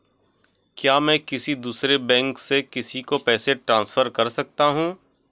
क्या मैं किसी दूसरे बैंक से किसी को पैसे ट्रांसफर कर सकता हूं?